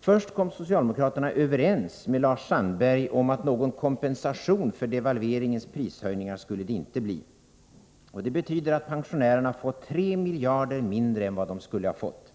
Först kom socialdemokraterna överens med Lars Sandberg om att det inte skulle bli någon kompensation för devalveringens prishöjningar. Det betyder att pensionärerna har fått 3 miljarder kronor mindre än vad de skulle ha fått.